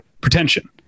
pretension